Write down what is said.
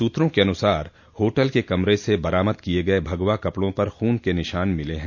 सूत्रों के अनुसार होटल के कमरे से बरामद किये गये भगवा कपड़ों पर खून के निशान मिले ह